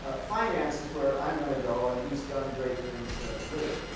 ah finance is where i'm going to go, and he's done great things with it.